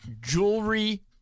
Jewelry